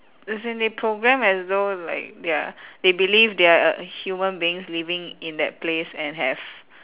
as in they program as though like they're they believe they are uh human beings living in that place and have